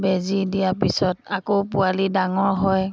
বেজি দিয়াৰ পিছত আকৌ পোৱালি ডাঙৰ হয়